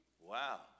Wow